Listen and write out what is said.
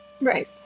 Right